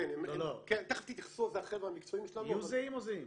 לא, לא, הם יהיו זהים או זהים?